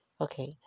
Okay